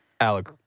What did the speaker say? Alec